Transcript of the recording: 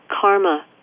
karma